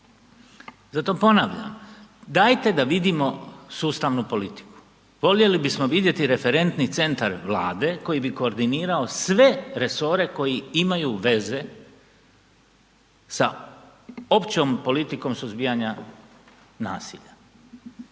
Zato ponavljam, dajte da vidimo sustavnu politiku. Voljeli bismo vidjeti referentni centar Vlade koji bi koordinirao sve resore koji imaju veze sa općom politikom suzbijanja nasilja.